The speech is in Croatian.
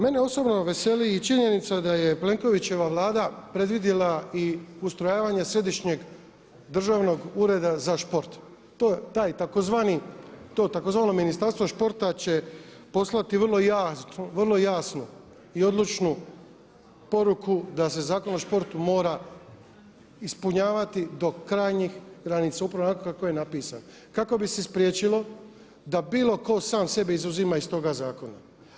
Mene osobno veseli i činjenica da je Plenkovićeva vlada predvidjela i ustrojavanje Središnjeg državnog ureda za sport, to tzv. Ministarstvo sporta će poslati vrlo jasno i odlučnu poruku da se Zakon o sportu mora ispunjavati do krajnjih granica upravo onako kako je napisan, kako bi se spriječilo da bilo ko sam sebe izuzima iz toga zakona.